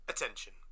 Attention